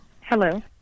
Hello